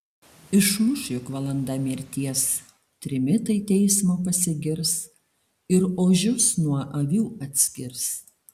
išmuš juk valanda mirties trimitai teismo pasigirs ir ožius nuo avių atskirs